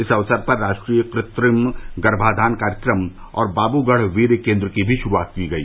इस अवसर पर राष्ट्रीय कृत्रिम गर्भाघान कार्यक्रम और बाइगढ़ वीर्य केन्द्र की भी शुरूआत की गई